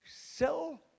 sell